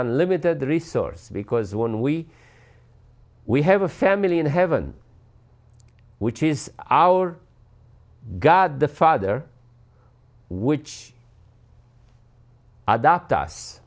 unlimited resources because when we we have a family in heaven which is our god the father which adapt us